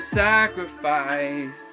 sacrifice